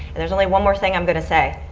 and there's only one more thing i'm going to say.